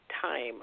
time